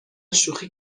شوخی